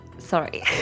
Sorry